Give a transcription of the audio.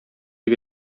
дип